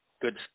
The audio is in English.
good